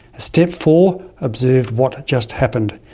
step four, observe what just happened.